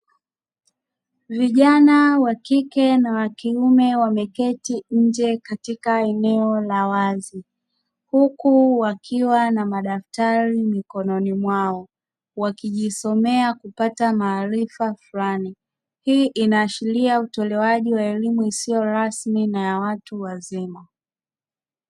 Vijana wa kike na wa kiume wameketi nje katika eneo la wazi, huku wakiwa na madaftari mikononi mwao wakijisomea kupata maarifa fulani hii inaashiria utolewaji wa elimu isiyo rasmi na ya watu wazima.